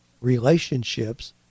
relationships